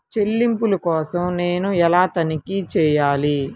చెల్లింపుల కోసం నేను ఎలా తనిఖీ చేయాలి?